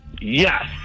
Yes